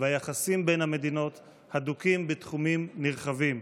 והיחסים בין המדינות הדוקים בתחומים נרחבים.